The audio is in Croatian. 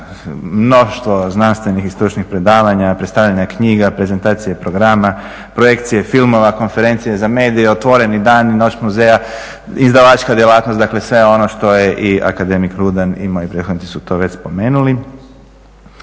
mnoštvo znanstvenih i stručnih predavanja, predstavljanja knjiga, prezentacija i programa, projekcija filmova, konferencije za medije, otvoreni dani, noć muzeja, izdavačka djelatnost dakle sve ono što je je i akademik Rudan i moji prethodnici su to već spomenuli.